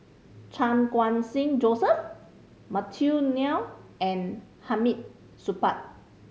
Chan Khun Sing Joseph Matthew Ngui and Hamid Supaat